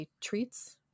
treats